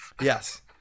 Yes